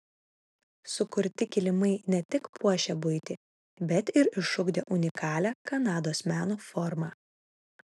sukurti kilimai ne tik puošė buitį bet ir išugdė unikalią kanados meno formą